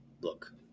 Look